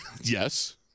Yes